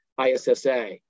ISSA